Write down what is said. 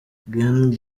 gen